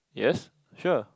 yes sure